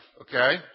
okay